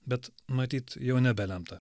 bet matyt jau nebelemta